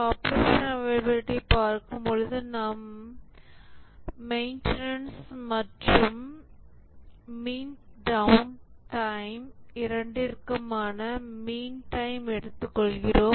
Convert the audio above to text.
operational availability பார்க்கும் போது நாம் போது நாம் மெயின்டனன்ஸ் மற்றும் மீன் டவுன் டைம் இரண்டிற்குமான மீன் டைம் எடுத்துக் கொள்கிறோம்